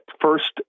first